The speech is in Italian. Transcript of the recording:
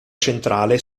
centrale